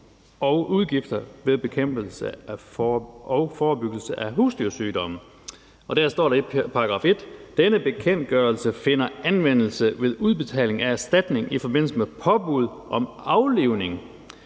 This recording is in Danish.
og udgifter ved bekæmpelse og forebyggelse af husdyrsygdomme. Der står i § 1: »Denne bekendtgørelse finder anvendelse ved udbetaling af erstatning i forbindelse med påbud om aflivning,